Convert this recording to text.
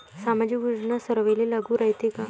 सामाजिक योजना सर्वाईले लागू रायते काय?